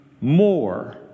more